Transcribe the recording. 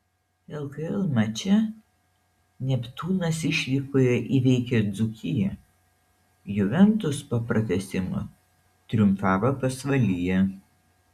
lkl mače neptūnas išvykoje įveikė dzūkiją juventus po pratęsimo triumfavo pasvalyje